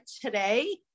today